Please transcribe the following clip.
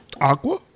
Aqua